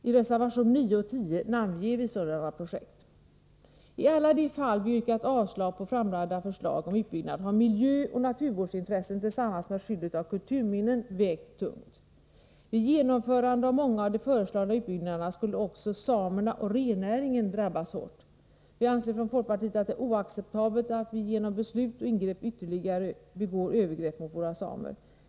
I reservationerna nr 9 och 10 namnger vi sådana projekt. Bifall till reservationerna. I alla de fall vi yrkat avslag på framlagda förslag om utbyggnad har miljöoch naturvårdsintressen tillsammans med skyddet av kulturminnen vägt tungt. Vid genomförande av många av de föreslagna utbyggnaderna skulle också samerna och rennäringen drabbas hårt. Vi anser från folkpartiet att det är oacceptabelt att vi genom beslut och ingrepp ytterligare begår övergrepp mot våra samer.